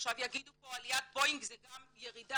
עכשיו יגידו פה עליית בואינג זה גם ירידה,